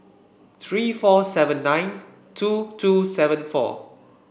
three four seven nine two two seven four